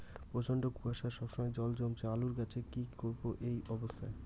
প্রচন্ড কুয়াশা সবসময় জল জমছে আলুর গাছে কি করব এই অবস্থায়?